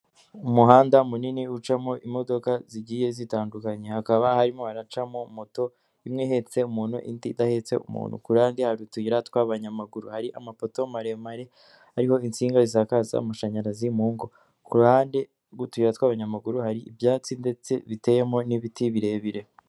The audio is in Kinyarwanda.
Umuhanda munini ucamo imodoka zigiye zitandukanye hakaba harimo haracamo moto imwe ihetse umuntu indi idahetse umuntu, ku ruhande hari utuyira tw'abanyamaguru, hari amapoto maremare ariho insinga zisakaza amashanyarazi mu ngo, ku ruhande rw'utuyira tw'abanyamaguru hari ibyatsi ndetse biteyemo n'ibiti birebire.